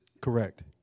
Correct